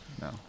No